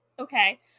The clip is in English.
Okay